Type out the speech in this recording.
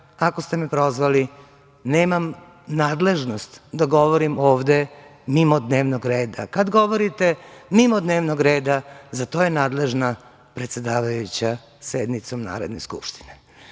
ako ste me prozvali nemam nadležnost da govorim ovde mimo dnevnog reda. Kada govorite mimo dnevnog reda, za to je nadležna predsedavajuća sednicom Narodne skupštine. Hvala